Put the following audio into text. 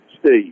Steve